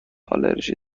آلرژی